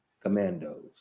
Commandos